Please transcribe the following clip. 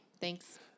Thanks